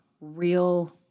real